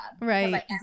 Right